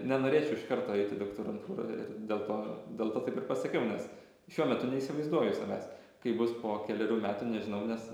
nenorėčiau iš karto eit į doktorantūrą ir dėl to dėl to taip ir pasakiau nes šiuo metu neįsivaizduoju savęs kaip bus po kelerių metų nežinau nes